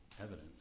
evidence